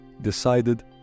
decided